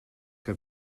que